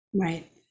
Right